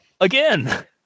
again